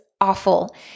awful